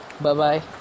bye-bye